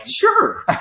Sure